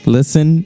Listen